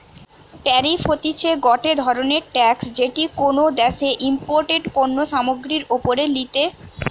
tariff হতিছে গটে ধরণের ট্যাক্স যেটি কোনো দ্যাশে ইমপোর্টেড পণ্য সামগ্রীর ওপরে লিতে পারে